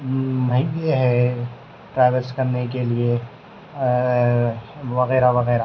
مہنگی ہے ٹریول کرنے کے لیے وغیرہ وغیرہ